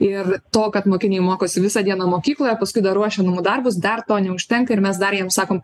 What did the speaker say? ir to kad mokiniai mokosi visą dieną mokykloje paskui dar ruošia namų darbus dar to neužtenka ir mes dar jiems sakom